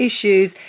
issues